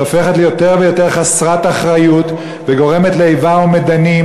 שהופכת ליותר ויותר חסרת אחריות וגורמת לאיבה ומדנים,